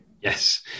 Yes